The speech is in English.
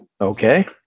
Okay